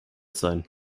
sein